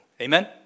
Amen